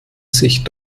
sich